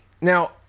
Now